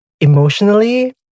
emotionally